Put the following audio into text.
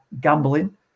gambling